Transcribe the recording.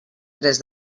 tres